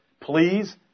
Please